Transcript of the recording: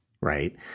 right